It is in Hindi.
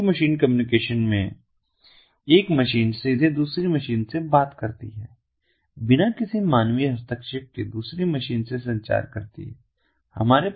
मशीन टू मशीन कम्युनिकेशन में एक मशीन सीधे दूसरी मशीन से बात करती है बिना किसी मानवीय हस्तक्षेप के दूसरी मशीन से संचार करती है